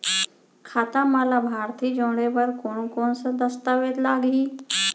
खाता म लाभार्थी जोड़े बर कोन कोन स दस्तावेज लागही?